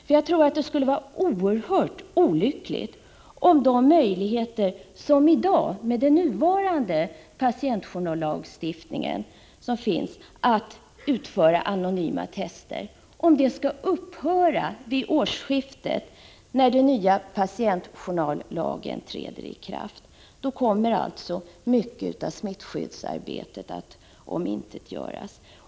Jag tror nämligen att det skulle vara oerhört olyckligt om de möjligheter som finns i dag — med nuvarande patientjournallag — att utföra anonyma test skulle upphöra vid årsskiftet, när den nya patientjournallagen träder i kraft. Då kommer mycket av smittskyddsarbetet att omintetgöras.